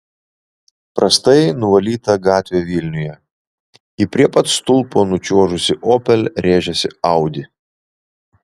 prastai nuvalyta gatvė vilniuje į prie pat stulpo nučiuožusį opel rėžėsi audi